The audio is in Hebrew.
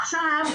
עכשיו,